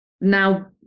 now